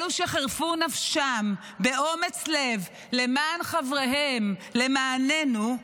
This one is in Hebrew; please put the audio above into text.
אלו שחירפו נפשם באומץ לב למען חבריהם, למעננו,